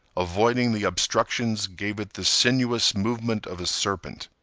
avoiding the obstructions gave it the sinuous movement of a serpent.